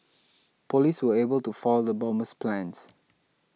police were able to foil the bomber's plans